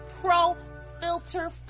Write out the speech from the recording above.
pro-filter